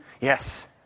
Yes